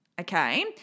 okay